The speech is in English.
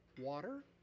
water